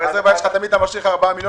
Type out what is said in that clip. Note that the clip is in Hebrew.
ברזרבה תמיד אתה משאיר לך 4 מיליון,